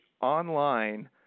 online